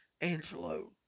Angelo